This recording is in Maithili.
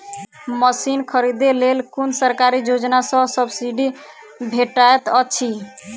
मशीन खरीदे लेल कुन सरकारी योजना सऽ सब्सिडी भेटैत अछि?